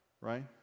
right